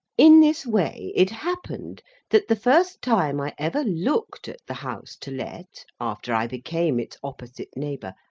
in this way it happened that the first time i ever looked at the house to let, after i became its opposite neighbour,